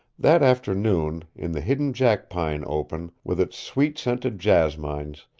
that afternoon, in the hidden jackpine open, with its sweet-scented jasmines,